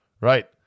right